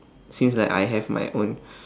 since like I have my own